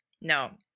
No